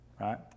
right